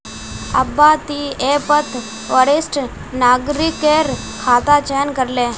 अब्बा ती ऐपत वरिष्ठ नागरिकेर खाता चयन करे ले